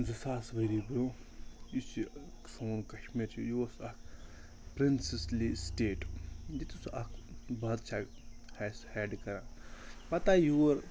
زٕ ساس ؤری برٛونٛہہ یُس یہِ سون کَشمیٖر چھِ یہِ اوس اَکھ پِرٛنسٕسلی سِٹیٹ ییٚتہِ اوس اَکھ بادشاہ اَسہِ ہٮ۪ڈ کَران پَتہٕ آے یور